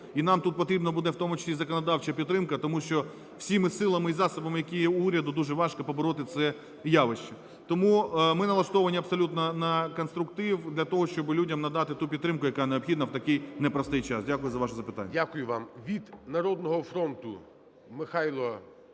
І нам тут потрібна буде в тому числі законодавча підтримка, тому що всіма силами і засобами, які є в уряду, дуже важко побороти це явище. Тому ми налаштовані абсолютно на конструктив для того, щоби людям надати ту підтримку, яка необхідна в такий непростий час. Дякую за ваше запитання.